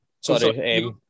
Sorry